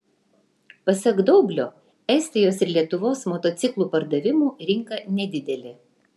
pasak daublio estijos ir lietuvos motociklų pardavimų rinka nedidelė